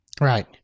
Right